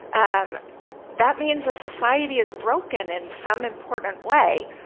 um that means a society is broken in some important way.